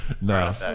no